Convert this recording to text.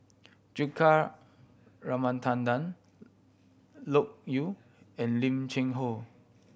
Juthika Ramanathan Loke Yew and Lim Cheng Hoe